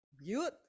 youth